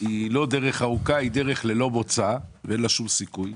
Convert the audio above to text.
היא דרך לא ארוכה אלא דרך ללא מוצא ואין לה שום סיכוי.